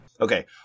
Okay